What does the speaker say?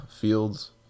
fields